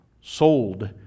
sold